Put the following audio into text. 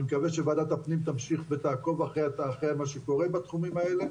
אני מקווה שוועדת הפנים תמשיך ותעקוב אחרי מה שקורה בתחומים האלה,